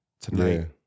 tonight